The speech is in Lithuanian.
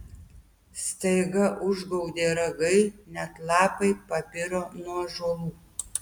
staiga užgaudė ragai net lapai pabiro nuo ąžuolų